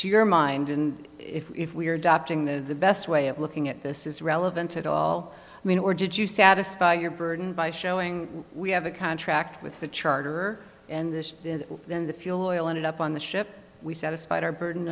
your mind and if we are dodging the best way of looking at this is relevant at all i mean or did you satisfy your burden by showing we have a contract with the charter and this and then the fuel oil ended up on the ship we satisfied our burden